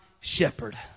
shepherd